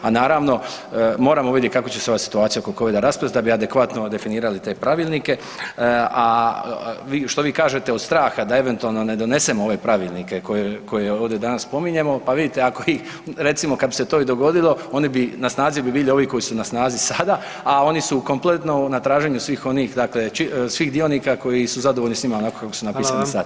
A naravno moramo vidjeti kako će se ova situacija oko covida rasplest da bi adekvatno definirali te pravilnike, a što vi kažete od straha da eventualno ne donesemo ove pravilnike koje ovdje danas spominjemo, pa vidite recimo ako bi se to i dogodilo oni bi na snazi bi bili ovi koji su na snazi sada, a oni su kompletno na traženju svih onih dionika koji su zadovoljni s njima onako kako su napisani sad, tako da.